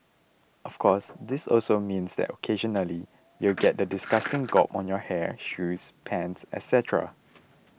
of course this also means that occasionally you'll get that disgusting gob on your hair shoes pants etcetera